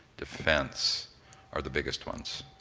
defense are the biggest ones,